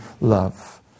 love